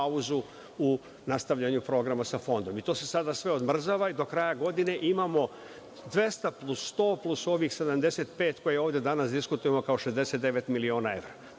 u nastavljanju programa sa Fondom. To se sada sve odmrzava i do kraja godine imamo 200 plus 100 plus ovih 75, koje ovde danas diskutujemo kao 69 miliona evra.